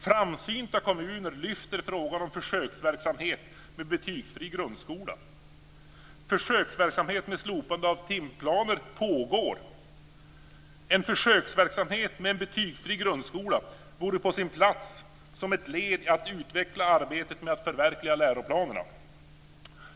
Framsynta kommuner lyfter fram frågan om försöksverksamhet med betygsfri grundskola. Försöksverksamhet med slopande av timplaner pågår. En försöksverksamhet med en betygsfri grundskola vore på sin plats som ett led i att utveckla arbetet med att förverkliga läroplanerna.